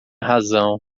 razão